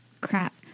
Crap